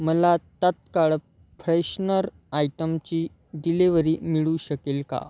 मला तात्काळ फ्रेशनर आयटमची डिलिवरी मिळू शकेल का